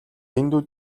дэндүү